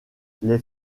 les